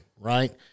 Right